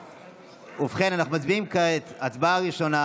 ובכן, אנחנו מצביעים כעת הצבעה ראשונה,